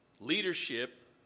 Leadership